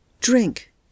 Drink